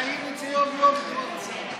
חיים את זה יום-יום, כבוד השר.